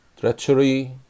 treachery